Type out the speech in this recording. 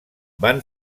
van